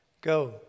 Go